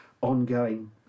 ongoing